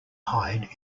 hide